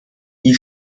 die